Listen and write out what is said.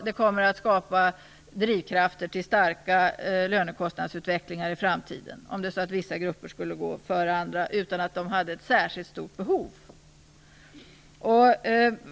Det kommer också att driva fram starka lönekostnadsutvecklingar i framtiden om vissa grupper skall gå före andra utan att ha särskilt stora behov.